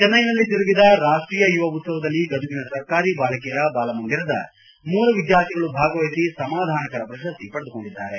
ಚೆನ್ನೈನಲ್ಲಿ ಜರುಗಿದ ರಾಷ್ಟೀಯ ಯುವ ಉತ್ಸವದಲ್ಲಿ ಗದುಗಿನ ಸರ್ಕಾರಿ ಬಾಲಕಿಯರ ಬಾಲಮಂದಿರದ ಮೂವರು ವಿದ್ಯಾರ್ಥಿಗಳು ಭಾಗವಹಿಸಿ ಸಮಾದಾನಕರ ಪ್ರಶಸ್ತಿ ಪಡೆದುಕೊಂಡಿದ್ದಾರೆ